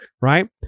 right